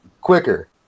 quicker